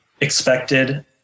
expected